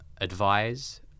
advise